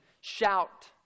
shout